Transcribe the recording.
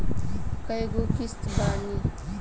कय गो किस्त बानी?